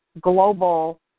global